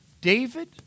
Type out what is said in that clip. David